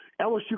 LSU